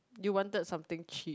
you wanted something cheap